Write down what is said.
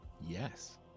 Yes